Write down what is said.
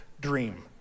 dream